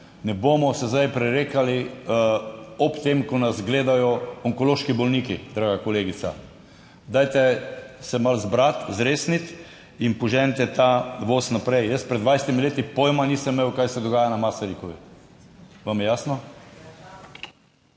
18.20** (nadaljevanje) ko nas gledajo onkološki bolniki, draga kolegica. Dajte se malo zbrati, zresniti in poženite ta voz naprej. Jaz pred 20 leti pojma nisem imel, kaj se dogaja na Masarykovi. Vam je jasno?